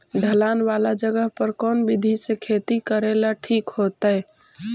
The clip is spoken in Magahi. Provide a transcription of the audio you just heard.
ढलान वाला जगह पर कौन विधी से खेती करेला ठिक होतइ?